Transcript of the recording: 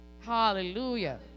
Hallelujah